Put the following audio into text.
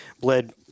bled